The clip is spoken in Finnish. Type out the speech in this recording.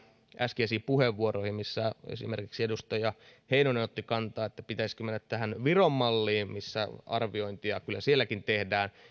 äskeisiin puheenvuoroihin missä esimerkiksi edustaja heinonen otti kantaa pitäisikö mennä tähän viron malliin missä arviointia kyllä sielläkin tehdään ja